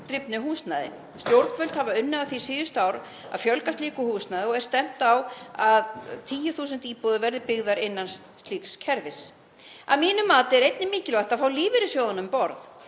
húsnæði. Stjórnvöld hafa unnið að því síðustu ár að fjölga slíku húsnæði og er stefnt á að 10.000 íbúðir verði byggðar innan slíks kerfis. Að mínu mati er einnig mikilvægt að fá lífeyrissjóðina um borð.